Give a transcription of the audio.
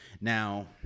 Now